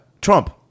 Trump